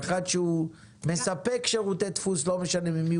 האחת שהוא מספק שירותי דפוס ולא משנה ממי